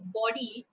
body